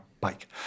bike